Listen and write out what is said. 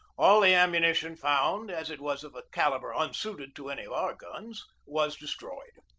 all the ammunition found, as it was of a calibre unsuited to any of our guns, was destroyed.